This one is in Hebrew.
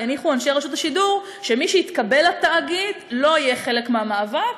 הניחו אנשי רשות השידור שמי שיתקבל לתאגיד לא יהיה חלק מהמאבק,